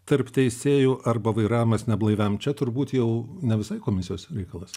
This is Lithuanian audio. tarp teisėjų arba vairavimas neblaiviam čia turbūt jau ne visai komisijos reikalas